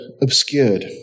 obscured